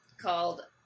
called